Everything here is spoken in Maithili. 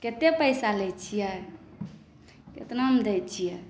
कते पैसा लै छियै कितना मे दै छियै